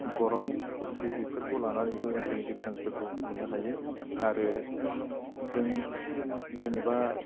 गरम गुसु बेफोरखौ लानानैबो जों डिफारेन्सफोरखौबो मोननो हायो आरो जों जेनेबा